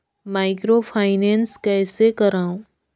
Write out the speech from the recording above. Microfinance कइसे करव?